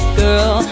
girl